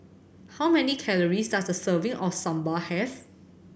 how many calories does a serving of Sambar have